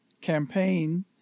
campaign